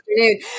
afternoon